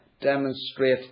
demonstrate